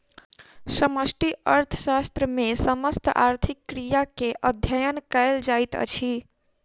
समष्टि अर्थशास्त्र मे समस्त आर्थिक क्रिया के अध्ययन कयल जाइत अछि